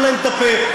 נסתום להם את הפה.